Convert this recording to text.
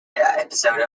episode